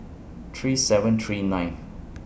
three seven three nine